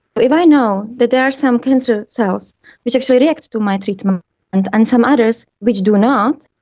but if i know that there are some cancer cells which actually react to my treatment and and some others which do not,